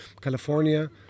California